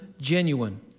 genuine